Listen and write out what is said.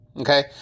okay